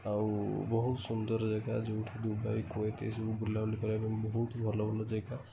ଆଉ ବହୁ ସୁନ୍ଦର ଜାଗା ଯେଉଁଠି ଦୁବାଇ କ୍ୱେତ୍ ଏ ସବୁ ବୁଲାବୁଲି କରିବା ପାଇଁ ବହୁତ ଭଲ ଭଲ ଜାଗା